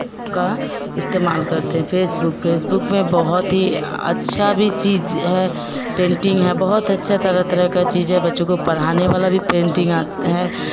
का इस्तेमाल करते फेसबुक फेसबुक में बहुत ही अच्छा भी चीज़ है पेंटिंग है बहुत अच्छा तरह तरह का चीज़ है बच्चों को पढ़ाने वाला भी पेंटिंग आता है